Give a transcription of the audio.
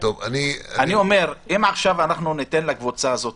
אני אומר שאם אנחנו ניתן עכשיו לקבוצה הזאת